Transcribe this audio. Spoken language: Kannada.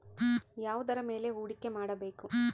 ಯಾವುದರ ಮೇಲೆ ಹೂಡಿಕೆ ಮಾಡಬೇಕು?